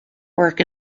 work